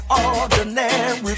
ordinary